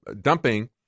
dumping